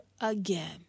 again